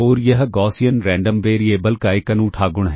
और यह Gaussian random variable का एक अनूठा गुण है